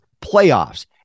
playoffs